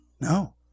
No